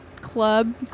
club